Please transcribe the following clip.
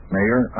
Mayor